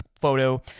photo